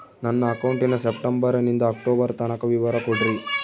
ನನ್ನ ಅಕೌಂಟಿನ ಸೆಪ್ಟೆಂಬರನಿಂದ ಅಕ್ಟೋಬರ್ ತನಕ ವಿವರ ಕೊಡ್ರಿ?